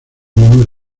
muy